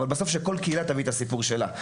אבל שבסוף כל קהילה תביא את הסיפור שלה.